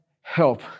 help